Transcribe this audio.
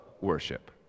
worship